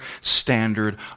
standard